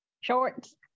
shorts